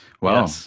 Wow